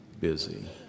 busy